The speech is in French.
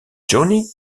johnny